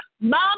Mom